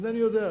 אינני יודע.